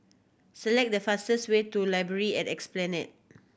select the fastest way to Library at Esplanade